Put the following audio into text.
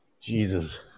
Jesus